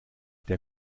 der